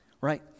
Right